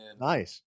Nice